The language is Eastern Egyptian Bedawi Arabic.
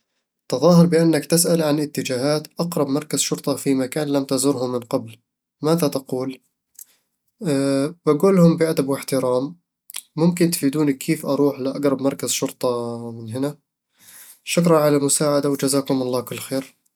تظاهر بأنك تسأل عن اتجاهات أقرب مركز شرطة في مكان لم تزره من قبل. ماذا تقول؟ :بقول لهم بأدب واحترام "ممكن تفيدوني كيف أروح لأقرب مركز شرطة من هنا؟ شكراً على المساعدة و جزاكم الله كل خير"